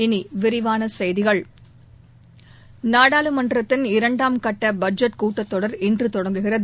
இனி விரிவான செய்திகள் நாடாளுமன்றத்தின் இரண்டாம் கட்ட பட்ஜெட் கூட்டத்தொடர் இன்று தொடங்குகிறது